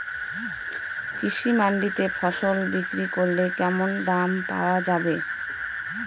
কৃষি মান্ডিতে ফসল বিক্রি করলে কেমন দাম পাওয়া যাবে?